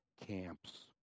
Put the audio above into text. camps